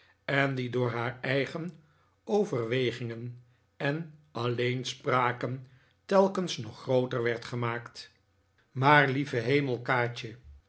en die door haar eigen overwegingen en alleenspraken telkens nog grooter werd gemaakt maar lieve hemel kaatje